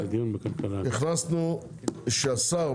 הכנסנו שהשר,